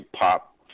pop